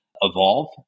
evolve